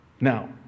Now